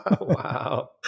Wow